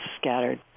scattered